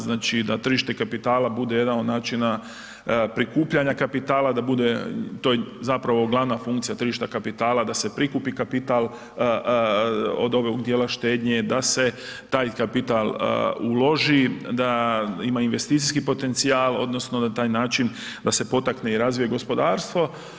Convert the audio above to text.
Znači da tržište kapitala bude jedan od načina prikupljanja kapitala, da bude, to je zapravo glavna funkcija tržišta kapitala, da se prikupi kapital od ovog dijela štednje, da se taj kapital uloži, da ima investicijski potencijal odnosno na taj način da se potakne i razvija gospodarstvo.